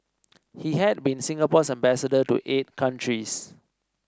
he had been Singapore's ambassador to eight countries